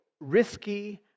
risky